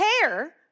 care